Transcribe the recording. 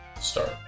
Start